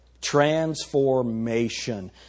Transformation